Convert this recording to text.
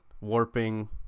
warping